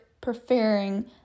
preferring